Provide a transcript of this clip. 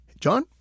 John